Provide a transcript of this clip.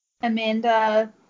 Amanda